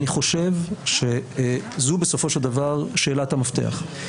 אני חושב שזו בסופו של דבר שאלת המפתח.